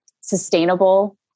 sustainable